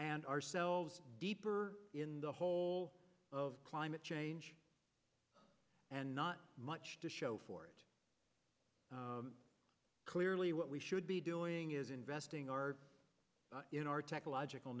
and ourselves deeper in the hole of climate change and not much to show for it clearly what we should be doing is investing our in our technological